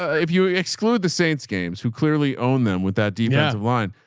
ah if you exclude the saints games who clearly own them with that deep of line,